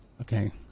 Okay